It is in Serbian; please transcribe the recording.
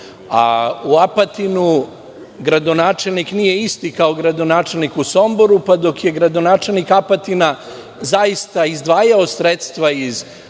Apatinu gradonačelnik nije isti kao gradonačelnik u Somboru, pa dok je gradonačelnik Apatina zaista izdvajao sredstva iz lokalne